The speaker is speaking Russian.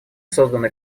созданы